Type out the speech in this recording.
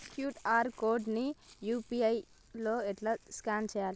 QR code ని UPI తోని ఎట్లా స్కాన్ చేయాలి?